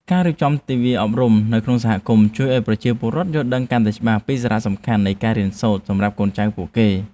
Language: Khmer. ការរៀបចំទិវាអប់រំនៅក្នុងសហគមន៍ជួយឱ្យប្រជាពលរដ្ឋយល់ដឹងកាន់តែច្បាស់ពីសារៈសំខាន់នៃការរៀនសូត្រសម្រាប់កូនចៅពួកគេ។